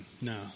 No